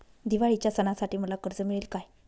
दिवाळीच्या सणासाठी मला कर्ज मिळेल काय?